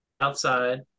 outside